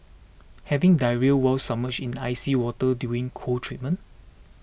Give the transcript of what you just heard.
having diarrhoea while submerged in icy water during cold treatment